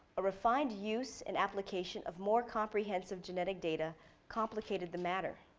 a refined use and application of more comprehensive genetic data complicated the matter.